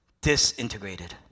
disintegrated